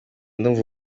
ndumva